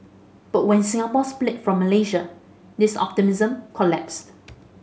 but when Singapore split from Malaysia this optimism collapsed